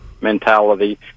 mentality